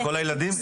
לכל הילדים.